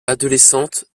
adolescente